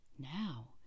now